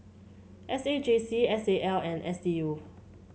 S A J C S A L and S D U